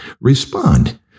respond